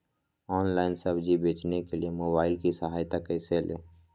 Online सब्जी बेचने के लिए मोबाईल की सहायता कैसे ले?